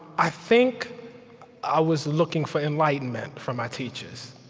i think i was looking for enlightenment from my teachers.